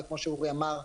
וכמו שאורי אמר,